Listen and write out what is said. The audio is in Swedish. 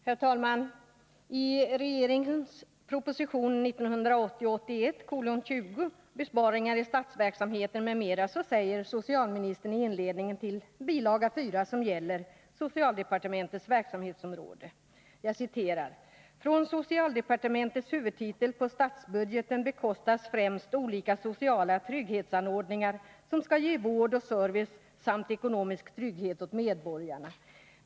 Herr talman! I regeringens proposition 1980/81:20, om besparingar i statsverksamheten, m.m. säger socialministern följande i inledningen till bilaga 4, som gäller socialdepartementets verksamhetsområde: ”Från socialdepartementets huvudtitel på statsbudgeten bekostas främst olika sociala trygghetsanordningar som skall ge vård och service samt ekonomisk trygghet åt medborgarna.